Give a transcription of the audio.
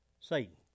Satan